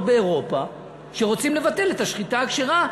באירופה שרוצות לבטל את השחיטה הכשרה.